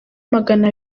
magana